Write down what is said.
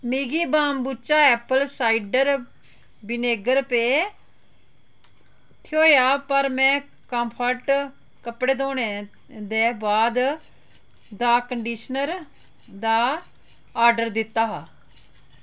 मिगी kombucha apple cider vinegar पेय थ्होआ पर में कॉम्फर्ट कपड़े धोने दे बा'द दा कंडीशनर दा आर्डर दित्ता हा